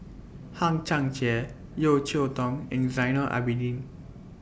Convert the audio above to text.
Hang Chang Chieh Yeo Cheow Tong and Zainal Abidin